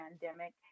pandemic